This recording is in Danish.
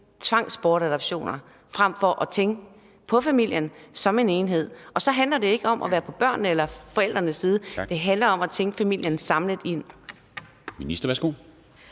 tvangsbortadoptioner frem for at tænke på familien som enhed. Og så handler det ikke om at være på børnenes eller forældrenes side – det handler om at tænke på familien som en